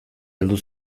heldu